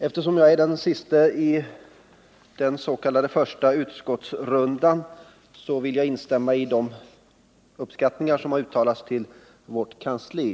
Eftersom jag är den sista i ”första utskottsrundan” vill jag begagna tillfället att instämma i den uppskattning av vårt kansli som kommit till uttryck.